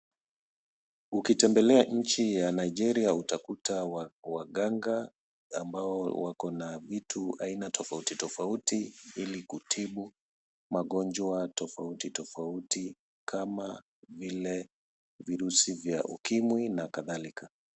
Ukitembelea njia ya Nigeria utakuta wakanga ambao wako na vitu aina tafauti tafauti ili kutibu magonjwa tafauti tafauti kama vile virusi bye ukimwi na katalika.